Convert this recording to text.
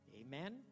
Amen